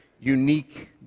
unique